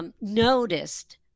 Noticed